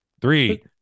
Three